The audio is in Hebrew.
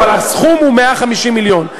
אבל הסכום הוא 150 מיליון,